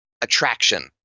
attraction